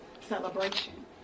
celebration